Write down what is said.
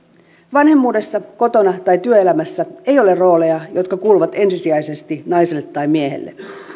vanhemmuudessa kotona tai työelämässä ei ole rooleja jotka kuuluvat ensisijaisesti naiselle tai miehelle